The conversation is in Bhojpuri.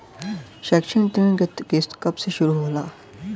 शैक्षिक ऋण क किस्त कब से शुरू होला?